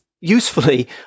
usefully